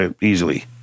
easily